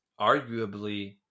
arguably